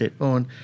on